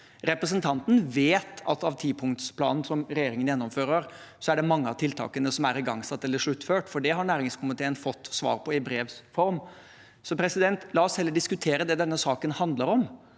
Representanten vet at av tipunktsplanen som regjeringen gjennomfører, er det mange av tiltakene som er igangsatt eller sluttført, for det har næringskomiteen fått svar på i brevs form. La oss heller diskutere det denne saken handler om,